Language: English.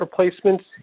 replacements